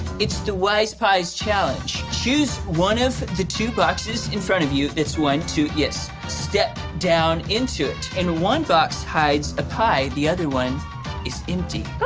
it's the wise pies challenge. choose one of the two boxes in front of you. that's one, two, yes. step down into it. in one box hides a pie, the other one is empty. ooh.